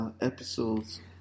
episodes